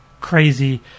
crazy